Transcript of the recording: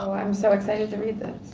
i'm so excited to read this.